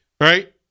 Right